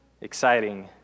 exciting